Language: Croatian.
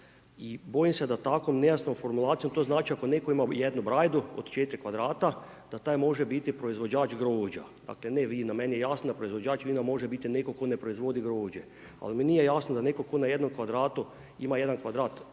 i bojima se da takve nejasne formulacije, to znači ako netko ima jednu brajdu od 4 kvadrata, da taj može biti proizvođač grožđa. Dakle ne vina. Meni je jasno da proizvođač vina može biti netko tko ne proizvodi grožđe ali mi nije jasno da netko tko na jednom kvadratu ima jedan kvadrat